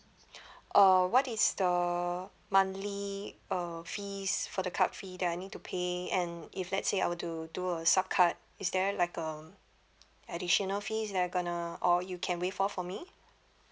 uh what is the monthly uh fees for the card fee that I need to pay and if let's say I were to do a sub card is there like a additional fees that are going to or you can waive off for me